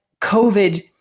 COVID